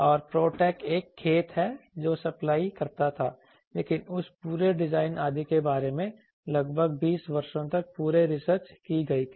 और protech एक खेत है जो सप्लाई करता था लेकिन उस पूरे डिजाइन आदि के बारे में लगभग 20 वर्षों तक पूरे रिसर्च की गई थी